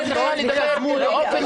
היא צריכה לדבר באופן